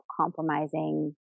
compromising